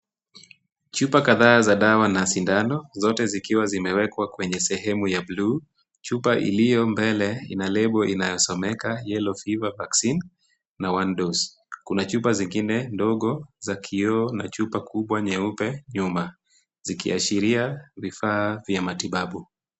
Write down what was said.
Chupa kadhaa za dawa na sindano zote zikiwa zimewekwa kwenye sehemu ya bluu. Chupa iliyo mbele ina lebo inayosomeka yellow fever vaccine na one dose . Kuna chupa zingine ndogo za kioo na chupa kubwa nyeupe nyuma zikiashiria vifaa vya matibabu.